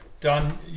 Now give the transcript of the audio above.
done